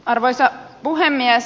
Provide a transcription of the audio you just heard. arvoisa puhemies